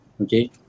Okay